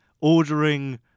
ordering